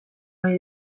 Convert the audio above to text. ohi